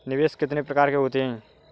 निवेश कितने प्रकार के होते हैं?